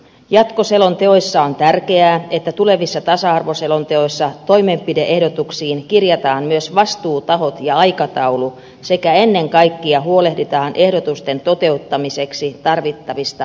jatkoselonteoissa on tärkeää että tulevissa tasa arvoselonteoissa toimenpide ehdotuksiin kirjataan myös vastuutahot ja aikataulu sekä ennen kaikkea huolehditaan ehdotusten toteuttamiseksi tarvittavista resursseista